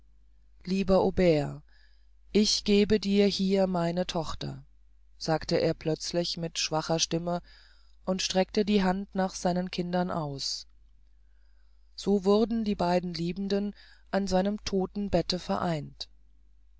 lieber aubert ich gebe dir hier meine tochter sagte er plötzlich mit schwacher stimme und streckte die hand nach seinen kindern aus so wurden die beiden liebenden an seinem todtenbette vereinigt